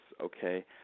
okay